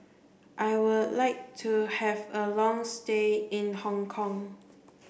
I would like to have a long stay in Hong Kong